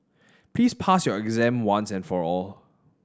please pass your exam once and for all